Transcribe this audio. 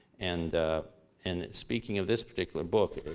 and and speaking of this particular book,